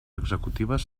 executives